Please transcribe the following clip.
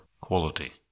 quality